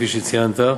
כפי שציינת,